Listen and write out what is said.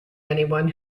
anyone